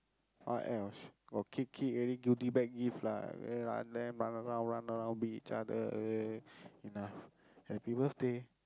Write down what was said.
what else got cake eat already goody bag give lah run there run around run around beat each other enough happy birthday